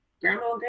grandma